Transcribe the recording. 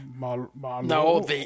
No